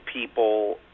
people